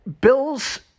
Bills